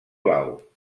blau